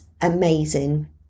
amazing